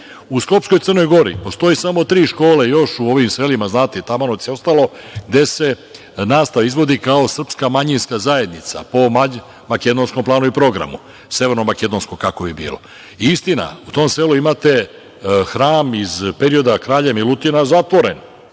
U skopskoj Crnoj Gori postoje samo tri škole još u ovim selima, Tabanovce i ostalo, gde se nastava izvodi, kao sprska manjinska zajednica po makedonskom planu i programu, severno makedonskom kako bi bilo. Istina, u tom selu imate hram iz perioda kralja Milutina zatvoren.